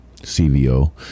CVO